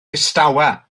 distawa